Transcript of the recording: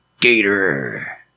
Gator